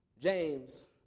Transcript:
James